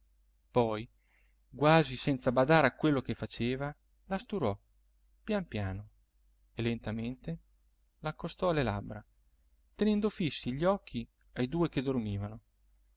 poi quasi senza badare a quello che faceva la sturò pian piano e lentamente l'accostò alle labbra tenendo fissi gli occhi ai due che dormivano